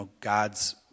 God's